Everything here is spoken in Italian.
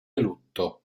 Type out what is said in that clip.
lutto